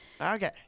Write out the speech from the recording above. Okay